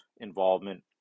involvement